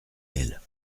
elle